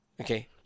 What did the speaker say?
Okay